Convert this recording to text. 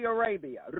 Arabia